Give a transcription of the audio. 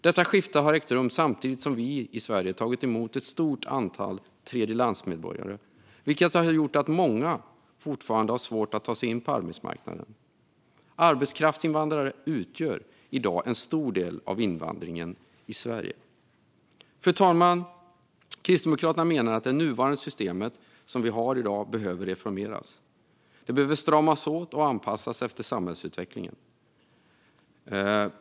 Detta skifte har ägt rum samtidigt som vi i Sverige tagit emot ett stort antal tredjelandsmedborgare, vilket har gjort att många fortfarande har svårt att ta sig in på arbetsmarknaden. Arbetskraftsinvandringen utgör i dag en stor del av invandringen till Sverige. Fru talman! Kristdemokraterna menar att det nuvarande systemet behöver reformeras, stramas åt och anpassas efter samhällsutvecklingen.